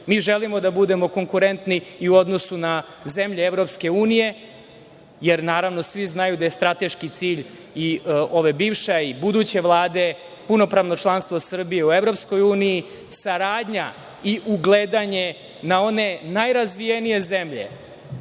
želimo da budemo konkurentni i u odnosu na zemlje EU, jer, naravno, svi znaju da je strateški cilj ove bivše a i buduće Vlade punopravno članstvo Srbije u EU, saradnja i ugledanje na one najrazvijenije zemlje,